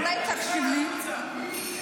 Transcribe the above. חבר הכנסת נאור, אולי תקשיב לי?